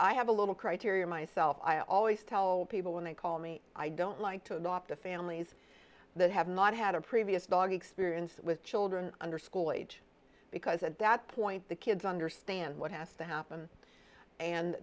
i have a little criteria myself i always tell people when they call me i don't like to adopt a families that have not had a previous dog experience with children under school age because at that point the kids understand what has to happen and